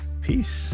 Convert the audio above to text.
Peace